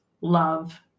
love